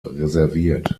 reserviert